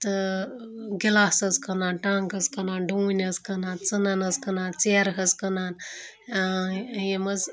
تہٕ گِلاس حظ کٕنان ٹنٛگ حظ کٕنان ڈوٗںۍ حظ کٕنان ژٕنَن حظ کٕنان ژیرٕ حظ کٕنان یِم حظ